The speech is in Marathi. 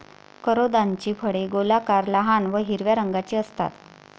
करोंदाची फळे गोलाकार, लहान व हिरव्या रंगाची असतात